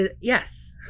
Yes